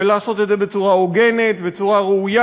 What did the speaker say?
ולעשות את זה בצורה הוגנת וראויה.